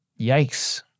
Yikes